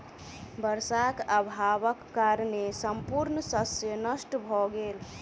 वर्षाक अभावक कारणेँ संपूर्ण शस्य नष्ट भ गेल